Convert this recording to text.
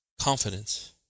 Confidence